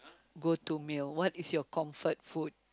go to meal what is your comfort food